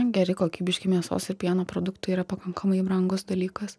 geri kokybiški mėsos ir pieno produktai yra pakankamai brangus dalykas